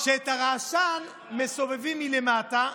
שאת הרעשן מסובבים מלמטה,